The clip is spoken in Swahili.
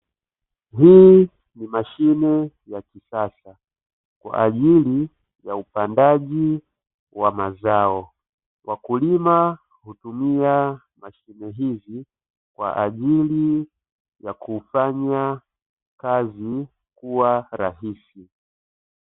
Hii ni mashine ya kisasa kwa ajili ya upandaji wa mazao, wakulima hutumia mashine hizi kwa ajili ya kufanya kazi kuwa rahisi.